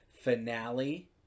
finale